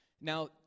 Now